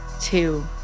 two